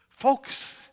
Folks